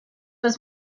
was